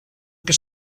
que